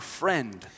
friend